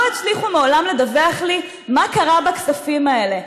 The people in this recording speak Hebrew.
לא הצליחו מעולם לדווח לי מה קרה בכספים האלה,